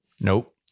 Nope